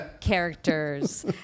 characters